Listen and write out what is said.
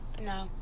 No